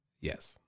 Yes